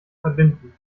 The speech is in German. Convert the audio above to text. verbinden